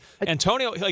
Antonio